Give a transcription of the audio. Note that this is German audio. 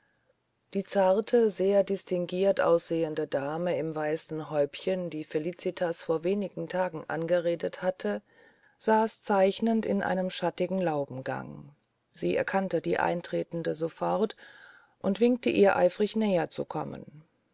die zarte sehr distinguiert aussehende dame im weißen häubchen die felicitas vor wenigen tagen angeredet hatte saß zeichnend in einem schattigen laubengange sie erkannte die eintretende sofort und winkte ihr eifrig näher zu kommen